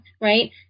right